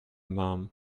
mum